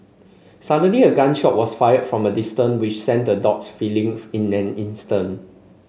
suddenly a gun shot was fired from a distance which sent the dogs fleeing in an instant